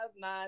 nine